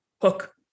hook